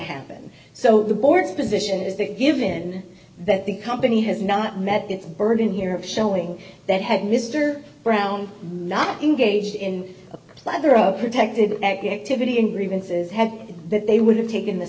happen so the board's position is that given that the company has not met its burden here of showing that had mr brown not engaged in a plethora of protected activity and grievances had that they would have taken the